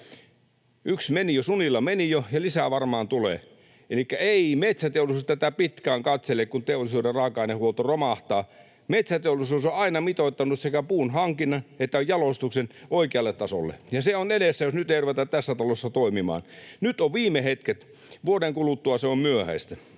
yksi meni, Sunila meni jo, ja lisää varmaan tulee. Elikkä ei metsäteollisuus tätä pitkään katsele, sitä kun teollisuuden raaka-ainehuolto romahtaa — metsäteollisuus on aina mitoittanut sekä puun hankinnan että jalostuksen oikealle tasolle —, ja se on edessä, jos nyt ei ruveta tässä talossa toimimaan. Nyt on viime hetket, vuoden kuluttua se on myöhäistä.